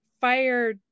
fire